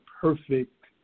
perfect